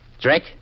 Drink